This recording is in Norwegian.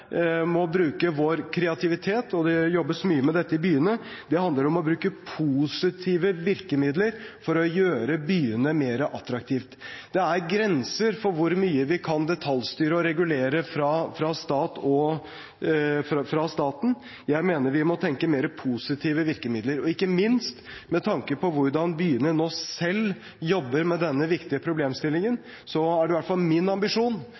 må bruke vår kreativitet, og det jobbes mye med dette i byene. Det handler om å bruke positive virkemidler for å gjøre byene mer attraktive. Det er grenser for hvor mye vi kan detaljstyre og regulere fra staten. Jeg mener vi må tenke mer positive virkemidler, ikke minst med tanke på hvordan byene nå selv jobber med denne viktige problemstillingen. Det er i hvert fall min ambisjon